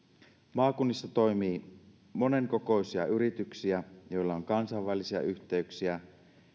maakunnissa toimii monenkokoisia yrityksiä joilla on kansainvälisiä yhteyksiä